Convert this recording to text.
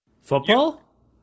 Football